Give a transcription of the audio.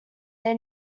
they